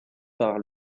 par